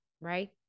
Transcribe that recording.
right